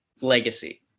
legacy